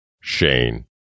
Shane